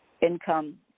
income